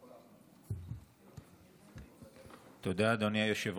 חנוך דב מלביצקי (הליכוד): תודה, אדוני היושב-ראש.